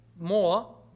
more